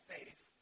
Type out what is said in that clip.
Faith